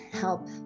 help